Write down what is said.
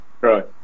Right